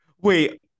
wait